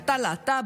אתה להט"ב,